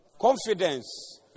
Confidence